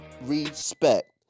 respect